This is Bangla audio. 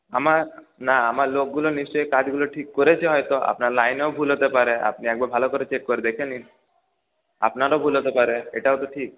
আমার না আমার লোকগুলো নিশ্চই কাজগুলো ঠিক করেছে হয়তো আপনার লাইনেও ভুল হতে পারে আপনি একবার ভালো করে চেক করে দেখে নিন আপনারও ভুল হতে পারে এটাও তো ঠিক